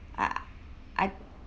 ah I